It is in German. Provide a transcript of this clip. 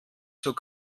zur